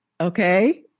Okay